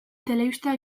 telebista